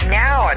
now